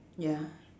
ya